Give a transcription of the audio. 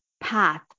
path